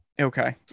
okay